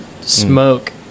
smoke